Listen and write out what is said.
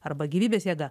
arba gyvybės jėga